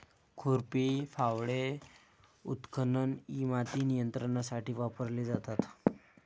खुरपी, फावडे, उत्खनन इ माती नियंत्रणासाठी वापरले जातात